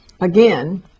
Again